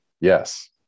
Yes